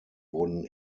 wurden